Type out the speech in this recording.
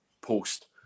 post